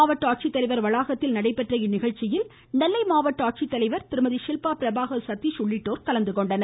மாவட்ட ஆட்சித்தலைவர் அலுவலகத்தில் நடைபெற்ற நிகழ்ச்சியில் மாவட்ட ஆட்சித்தலைவர் ஷில்பா பிரபாகர் சதீஷ் உள்ளிட்டோர் கலந்துகொண்டனர்